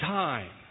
time